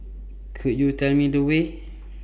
Could YOU Tell Me The Way